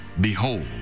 Behold